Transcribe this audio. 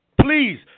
Please